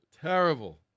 terrible